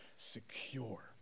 secure